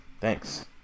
Thanks